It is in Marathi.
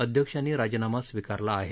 अध्यक्षांनी राजीनामा स्वीकारला आहे